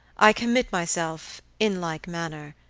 i commit myself, in like manner,